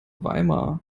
weimar